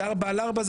זה 4X4?